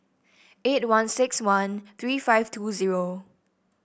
eight one six one three five two zero